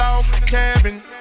Cabin